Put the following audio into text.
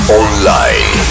online